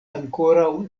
ankoraŭ